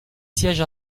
siège